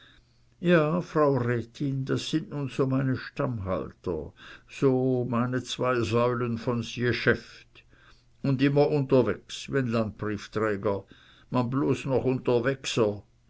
ja frau rätin das sind nu so meine stammhalter so meine zwei säulen vons geschäft un immer unterwegs wie'n landbriefträger man bloß noch